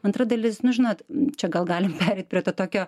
antra dalis nu žinot čia gal galim pereit prie to tokio